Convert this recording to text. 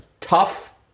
tough